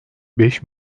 beş